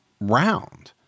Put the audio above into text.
round